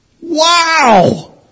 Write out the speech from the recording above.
Wow